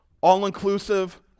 all-inclusive